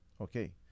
Okay